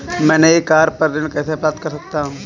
मैं नई कार पर ऋण कैसे प्राप्त कर सकता हूँ?